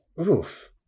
Oof